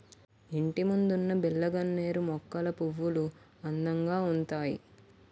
ఇంటిముందున్న బిల్లగన్నేరు మొక్కల పువ్వులు అందంగా ఉంతాయి